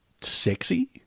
sexy